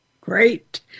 Great